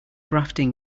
rafting